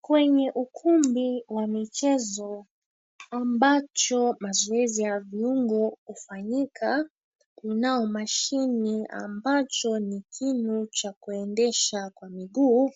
Kwenye ukumbi wa michezo, ambacho mazoezi ya viungo hufanyika, kunao mashini ambacho ni kinu cha kuendesha kwa miguu